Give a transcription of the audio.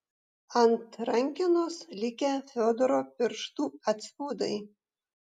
ant rankenos likę fiodoro pirštų atspaudai